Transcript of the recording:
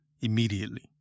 immediately